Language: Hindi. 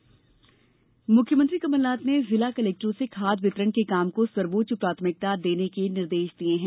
कमलनाथ खाद मुख्यमंत्री कमलनाथ ने जिला कलेक्टरों से खाद वितरण के काम को सर्वोच्च प्राथमिकता देने के निर्देश दिए हैं